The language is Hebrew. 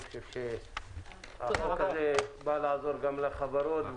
אני חושב שהחוק הזה בא לעזור גם לחברות,